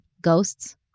Ghosts